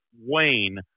Wayne